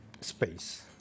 space